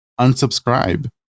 unsubscribe